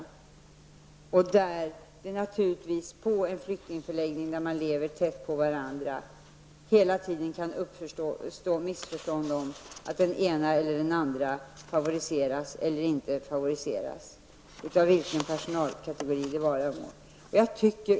På en flyktingförläggning där man lever tätt inpå varandra kan det hela tiden uppstå missförstånd om att den ena eller den andra favoriseras av vilken personalkategori det vara må.